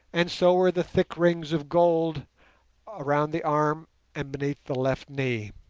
and so were the thick rings of gold around the arm and beneath the left knee.